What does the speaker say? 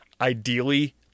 ideally